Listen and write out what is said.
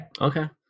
okay